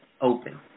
open